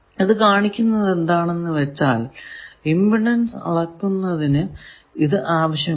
ഇത് കാണിക്കുന്നതെന്താണെന്നു വച്ചാൽ ഇമ്പിഡൻസ് അളക്കുന്നതിനു ഇത് ആവശ്യമാണ്